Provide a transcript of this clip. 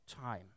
time